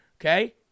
Okay